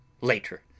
later